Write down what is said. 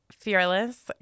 fearless